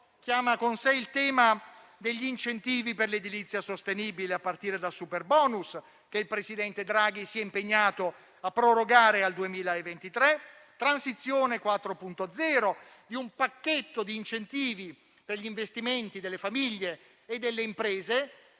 chiama con sé il tema degli incentivi per l'edilizia sostenibile, a partire dal superbonus che il presidente Draghi si è impegnato a prorogare al 2023, transizione 4.0, un pacchetto di incentivi per gli investimenti delle famiglie e delle imprese